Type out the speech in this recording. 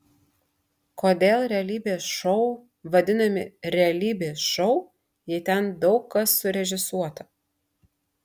kodėl realybės šou vadinami realybės šou jei ten daug kas surežisuota